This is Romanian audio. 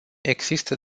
există